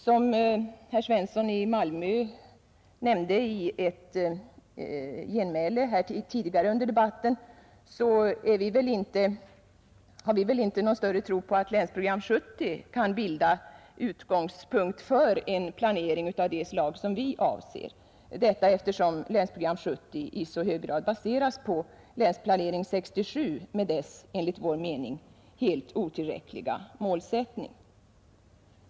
Som herr Svensson i Malmö nämnde i ett genmäle tidigare under debatten har vi väl inte någon större tro på att Länsprogram 1970 kan bilda utgångspunkt för en planering av det slag som vi avser, eftersom Länsprogram 1970 i så hög grad baseras på Länsplanering 1967 med dess enligt vår mening helt otillräckliga målsättning.